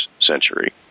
century